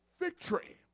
victory